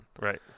Right